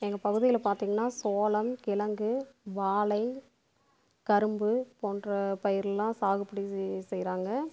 எங்கள் பகுதிகளில் பார்த்திங்கன்னா சோளம் கிழங்கு வாழை கரும்பு போன்ற பயிர்லாம் சாகுபடி செ செய்கிறாங்க